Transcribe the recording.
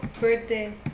Birthday